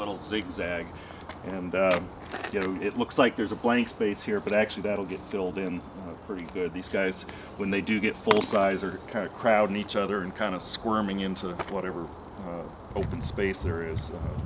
little six and you know it looks like there's a blank space here but actually that will get filled in pretty good these guys when they do get full size or kind of crowd in each other and kind of squirming into whatever open space there is